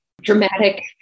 dramatic